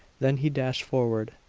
then he dashed forward.